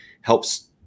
helps